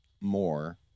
more